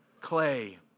clay